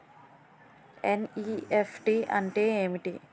NEFT అంటే ఏమిటి?